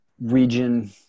region